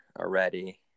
already